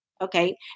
okay